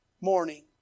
morning